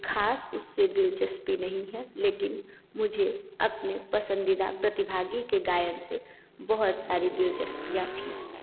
खास उससे दिलचस्पी नहीं है लेकिन मुझे अपने पसंदीदा प्रतिभागी के गायन से बहुत सारी दिलचस्पियाँ थी